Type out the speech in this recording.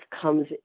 comes